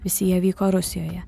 visi jie vyko rusijoje